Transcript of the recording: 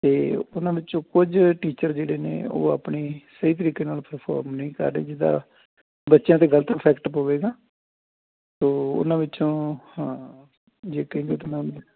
ਅਤੇ ਉਹਨਾਂ ਵਿੱਚੋਂ ਕੁਝ ਟੀਚਰ ਜਿਹੜੇ ਨੇ ਉਹ ਆਪਣੀ ਸਹੀ ਤਰੀਕੇ ਨਾਲ ਪਰਫੋਰਮ ਨਹੀਂ ਕਰ ਰਹੇ ਜਿਹਦਾ ਬੱਚਿਆਂ 'ਤੇ ਗਲਤ ਇਫੈਕਟ ਪਵੇਗਾ ਤਾਂ ਉਹਨਾਂ ਵਿੱਚੋਂ ਹਾਂ